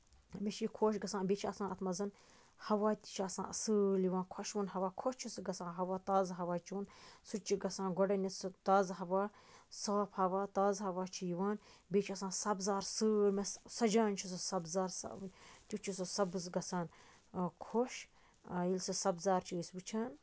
مےٚ چھُ یہِ خۄش گژھان بیٚیہِ چھُ آسان اَتھ منٛز ہوا تہِ چھُ آسان اَصٕل یِوان خۄشوُن ہوا خۄش چھُ سُہ گژھان ہواہ تازٕ ہوا چیوٚن سُہ تہِ چھُ گژھان گۄڈٕنیتھ سُہ تازٕ ہوا صاف ہوا تازٕ ہوا چھُ یِوان بیٚیہِ چھُ آسان سَبزار سٲلمِس سَجان چھُ سُہ سَبزار تیُتھ چھُ سُہ سَبٔز گژھان خۄش ییٚلہِ سُہ سَبزار چھِ أسۍ وٕچھان